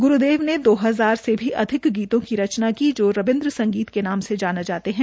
ग्रूदेव ने दो हजार से भी अधिक गीतों की रचना की जो रविन्द्र संगीत के नाम से जाता है